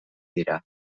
dira